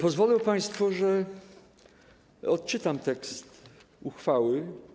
Pozwolą państwo, że odczytam tekst uchwały.